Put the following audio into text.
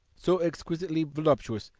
so exquisitely voluptuous,